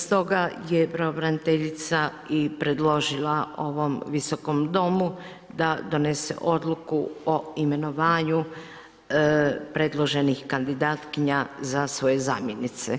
Stoga je pravobraniteljica i predložila ovom Visokom domu da donese odluku o imenovanju predloženih kandidatkinja za svoje zamjenice.